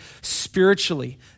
spiritually